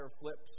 flips